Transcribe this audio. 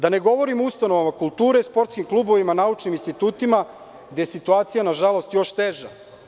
Da ne govorimo o ustanovama kulture, sportskim klubovima, naučnim institutima, gde je situacija još teža.